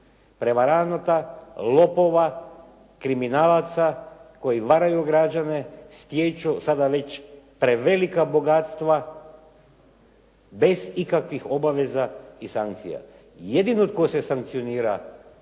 prevaranata, lopova, kriminalaca koji varaju građane, stječu sada već prevelika bogatstva bez ikakvih obaveza i sankcija. Jedino tko se sankcionira